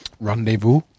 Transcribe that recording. rendezvous